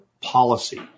policy